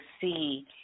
see